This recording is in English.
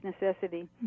necessity